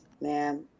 ma'am